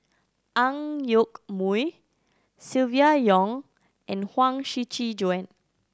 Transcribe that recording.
Ang Yoke Mooi Silvia Yong and Huang Shiqi Joan